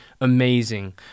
amazing